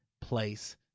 place